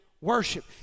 worship